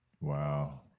Wow